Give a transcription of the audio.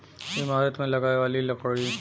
ईमारत मे लगाए वाली लकड़ी